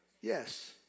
yes